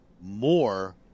more